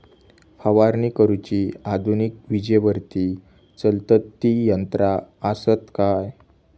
फवारणी करुची आधुनिक विजेवरती चलतत ती यंत्रा आसत काय?